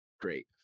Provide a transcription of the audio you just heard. great